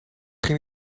ging